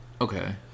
Okay